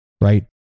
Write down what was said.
Right